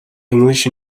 english